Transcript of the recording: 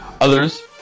Others